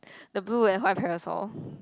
the blue and white parasol